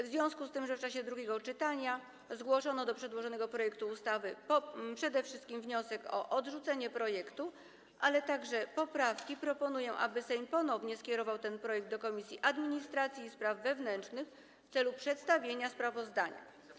W związku z tym, że w czasie drugiego czytania zgłoszono do przedłożonego projektu ustawy przede wszystkim wniosek o odrzucenie projektu, ale także poprawki, proponuję, aby Sejm ponownie skierował ten projekt do Komisji Administracji i Spraw Wewnętrznych w celu przedstawienia sprawozdania.